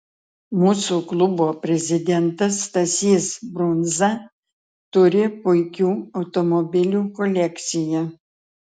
mūsų klubo prezidentas stasys brunza turi puikių automobilių kolekciją